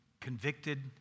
convicted